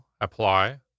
apply